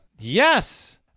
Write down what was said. yes